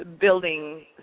Building